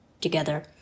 together